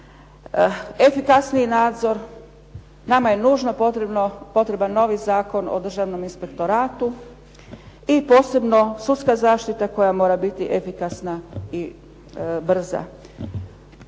Efikasniji nadzor, nama je nužno potreban novi zakon o državnom inspektoratu i posebno sudska zaštita koja mora biti efikasna i brza.